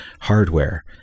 hardware